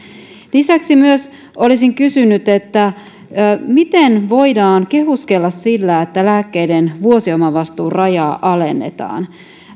lisäksi olisin myös kysynyt miten voidaan kehuskella sillä että lääkkeiden vuosiomavastuurajaa alennetaan